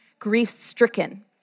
grief-stricken